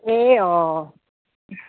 ए अँ